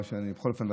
בכל אופן,